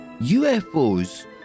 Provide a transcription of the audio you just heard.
UFOs